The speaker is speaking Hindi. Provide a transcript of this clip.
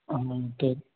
हाँ